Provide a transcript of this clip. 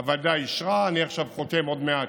הוועדה אישרה, ואני עכשיו, עוד מעט,